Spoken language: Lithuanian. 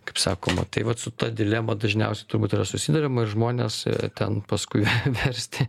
kaip sakoma tai vat su ta dilema dažniausiai turbūt yra susiduriama ir žmones ten paskui versti